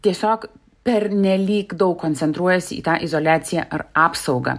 tiesiog pernelyg daug koncentruojasi į tą izoliaciją ar apsaugą